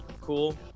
cool